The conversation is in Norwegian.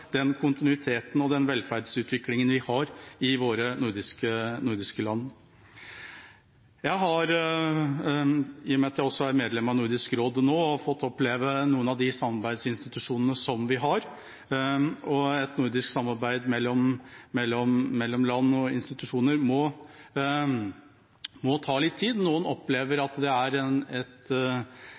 den kontinuiteten og den velferdsutviklingen vi har i våre nordiske land? Jeg har, i og med at jeg også er medlem av Nordisk råd nå, fått oppleve noen av de samarbeidsinstitusjonene som vi har, og et nordisk samarbeid mellom land og institusjoner må ta litt tid. Noen opplever at det